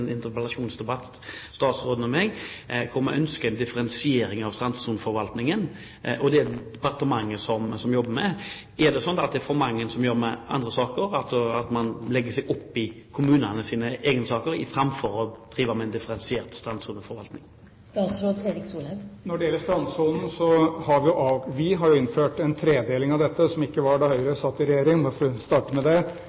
interpellasjonsdebatt hvor vi kom med ønsker om differensiering av strandsoneforvaltningen, og det er det departementet som jobber med. Er det slik at det er for mange som jobber med andre saker, altså at man legger seg opp i kommunenes egne saker, framfor å drive med en differensiert strandsoneforvaltning? Når det gjelder strandsonen, har vi jo innført en tredeling av dette, som ikke var da Høyre